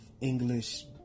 English